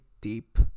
deep